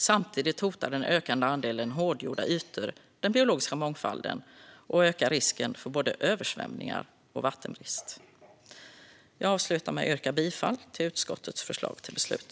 Samtidigt hotar den ökande andelen hårdgjorda ytor den biologiska mångfalden och ökar risken för både översvämningar och vattenbrist. Jag yrkar bifall till utskottets förslag till beslut.